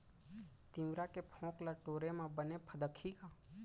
तिंवरा के फोंक ल टोरे म बने फदकही का?